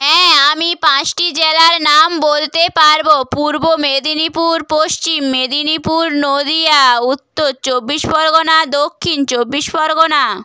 অ্যাঁ আমি পাঁচটি জেলার নাম বলতে পারবো পূর্ব মেদিনীপুর পশ্চিম মেদিনীপুর নদীয়া উত্তর চব্বিশ পরগনা দক্ষিণ চব্বিশ পরগনা